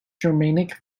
germanic